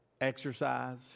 exercise